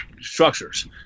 structures